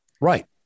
Right